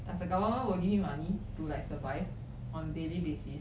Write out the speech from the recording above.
does the government will give me money to like survive on daily basis